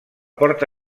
porta